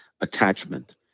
attachment